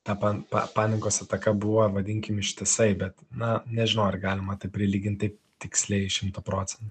ta pan pa panikos ataka buvo vadinkim ištisai bet na nežinau ar galima tai prilygint taip tiksliai šimtu procentų